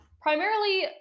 primarily